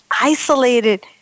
isolated